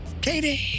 Katie